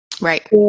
Right